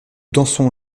dansons